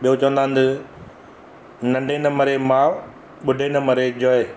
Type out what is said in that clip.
ॿियो चवंदा आहिनि नंढे न मरे मां बुढे न मरे जोए